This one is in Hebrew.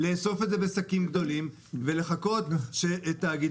--- לאסוף את זה בשקים גדולים ולחכות שתאגידי